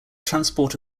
transport